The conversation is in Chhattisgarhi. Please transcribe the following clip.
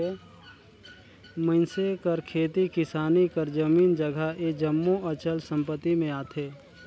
मइनसे कर खेती किसानी कर जमीन जगहा ए जम्मो अचल संपत्ति में आथे